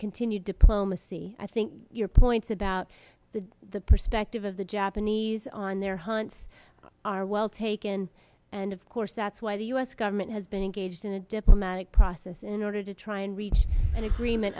continued diplomacy i think your points about the perspective of the japanese on their hunts are well taken and of course that's why the u s government has been engaged in a diplomatic process in order to try and reach an agreement